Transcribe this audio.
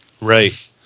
Right